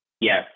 Yes